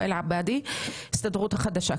ואאיל עבאדי מההסתדרות החדשה.